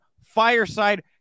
Fireside